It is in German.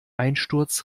einsturz